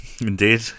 Indeed